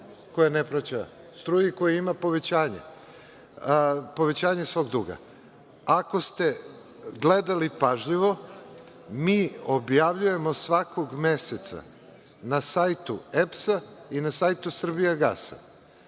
koja ne plaća struju i koja ima povećanje svog duga. Ako ste gledali pažljivo, mi objavljujemo svakog meseca na sajtu EPS-a i na sajtu Srbijagasa